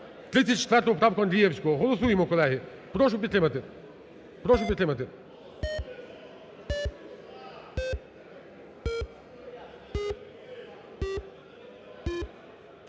34 поправку Андрієвського, голосуємо, колеги, прошу підтримати,